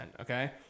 Okay